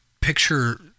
picture